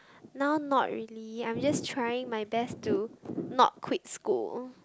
now not really I'm just trying my best to not quit school